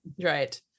right